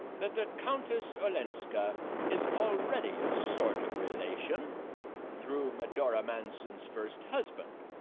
that the countess olenska is already a sort of relation through medora manson's first husband.